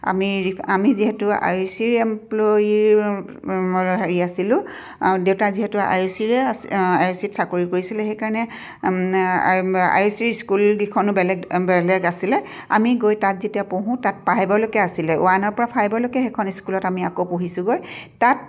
আমি আমি যিহেতু আই চি এমপ্লইৰ হেৰি আছিলোঁ দেউতা যিহেতু আই অ চিৰে আছিলে আই অ চিত চাকৰি কৰিছিলে সেইকাৰণে আই অ চিৰ স্কুলকেইখনো বেলেগ বেলেগ আছিলে আমি গৈ তাত যেতিয়া পঢ়োঁ তাত ফাইভলৈকে আছিলে ওৱানৰ পৰা ফাইভলৈকে সেইখন স্কুলত আমি আকৌ পঢ়িছোঁগৈ তাত